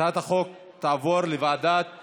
הצעת החוק תעבור לוועדת